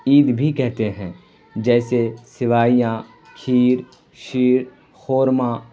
عید بھی کہتے ہیں جیسے سوئیاں کھیر شیر خرما